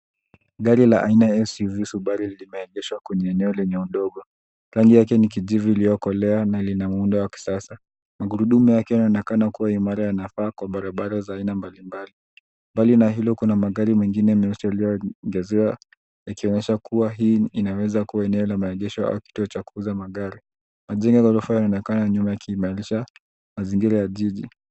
Gari la aina ya Subaru SUV limeegeshwa kwenye eneo lenye udongo, rangi yake ni kahawia iliokolea na lina muundo wa kisasa. Magurudumu yake yaonekana kuwa imara yanafaa kwa barabara ya aina mbalimbali. Mbali na hilo, kuna gari meusi yaliyojaziwa yakionyesha kuwa hii inaeza kuwa eneo la maegesho, au kituo cha kuuza magari. Majengo ya ghorofa yanaonekana nyuma yakiimarisha mazingira ya jiji.